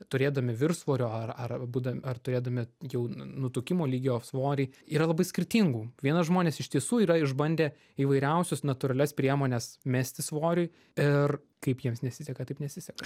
turėdami viršsvorio ar ar buda ar turėdami jau nutukimo lygio svorį yra labai skirtingų viena žmonės iš tiesų yra išbandę įvairiausius natūralias priemones mesti svoriui ir kaip jiems nesiseka taip nesiseka